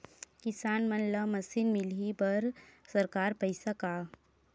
किसान मन ला मशीन मिलही बर सरकार पईसा का?